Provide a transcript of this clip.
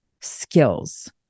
skills